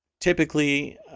Typically